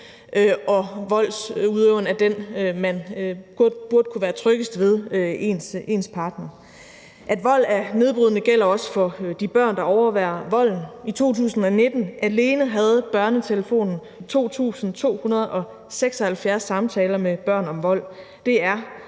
når voldsudøveren er den, man burde kunne være tryggest ved, nemlig ens partner. At vold er nedbrydende, gælder også for de børn, der overværer volden. I 2019 alene havde BørneTelefonen 2.276 samtaler med børn om vold,